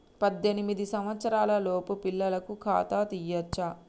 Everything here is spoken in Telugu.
పద్దెనిమిది సంవత్సరాలలోపు పిల్లలకు ఖాతా తీయచ్చా?